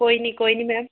ਕੋਈ ਨਹੀਂ ਕੋਈ ਨਹੀਂ ਮੈੇਮ